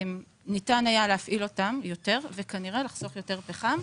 ניתן היה להפעיל אותן יותר וכנראה לחסוך יותר פחם,